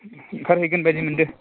ओंखारहैगोन बायदि मोनदों